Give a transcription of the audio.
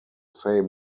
same